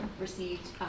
received